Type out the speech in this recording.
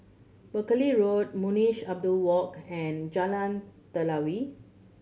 Buckley Road Munshi Abdullah Walk and Jalan Telawi